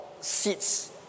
seats